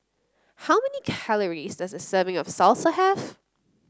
how many calories does a serving of salsa have